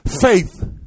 faith